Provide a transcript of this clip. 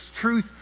truth